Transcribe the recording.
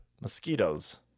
mosquitoes